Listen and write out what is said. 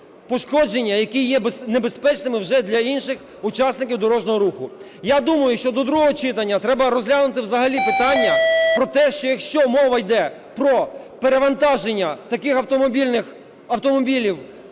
які є небезпечними вже для інших учасників дорожнього руху. Я думаю, що до другого читання треба розглянути взагалі питання про те, що якщо мова іде про перевантаження таких автомобілів на там 40,